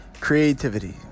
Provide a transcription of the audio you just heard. Creativity